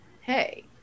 Hey